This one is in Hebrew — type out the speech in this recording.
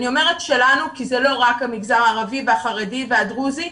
ואני אומרת שלנו כי זה לא רק המגזר הערבי והחרדי והדרוזי,